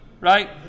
right